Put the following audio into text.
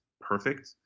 perfect